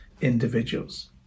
individuals